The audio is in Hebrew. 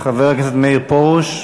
חבר הכנסת מאיר פרוש,